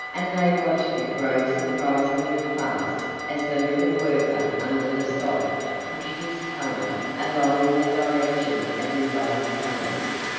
and they watched it grow surprisingly fast as the little worker under the sod pushed his tunnel along in the direction of his old tunnels.